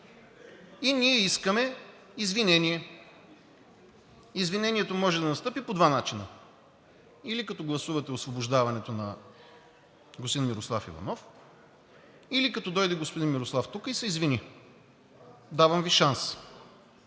И ние искаме извинение. Извинението може да настъпи по два начина – или като гласуване освобождаването на господин Мирослав Иванов, или като дойде господин Иванов тук и се извини. Давам Ви шанс.